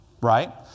right